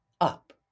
UP